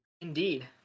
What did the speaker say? Indeed